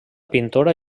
pintora